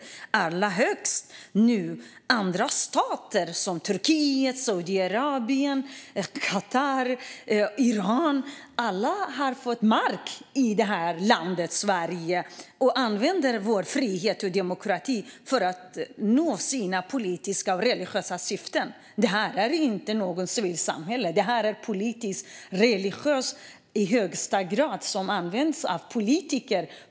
Framför allt har nu andra stater, som Turkiet, Saudiarabien, Qatar och Iran, vunnit mark här i Sverige och använder vår frihet och demokrati för att nå sina politiska och religiösa syften. Detta handlar inte om civilsamhället utan i högsta grad om politik och religion som används av politiker.